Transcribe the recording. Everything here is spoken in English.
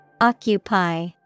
Occupy